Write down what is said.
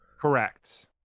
Correct